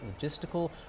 logistical